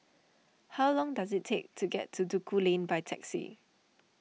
how long does it take to get to Duku Lane by taxi